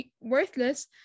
worthless